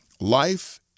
life